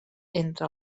entre